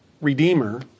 redeemer